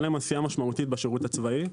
שהייתה להם עשייה משמעותית בשירות הצבאי,